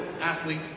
athlete